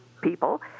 people